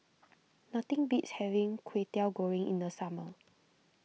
nothing beats having Kwetiau Goreng in the summer